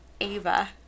Ava